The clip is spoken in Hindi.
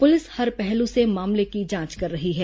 पुलिस हर पहलू से मामले की जांच कर रही है